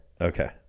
okay